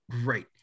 right